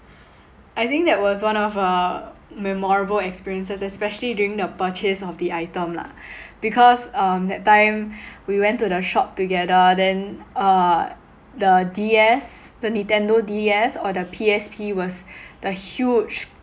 I think that was one of uh memorable experiences especially during the purchase of the item lah because um that time we went to the shop together then uh the D_S the nintendo D_S or the P_S_P was the huge